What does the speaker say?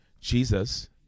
Jesus